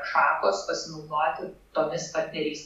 šakos pasinaudoti tomis partnerys